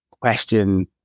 question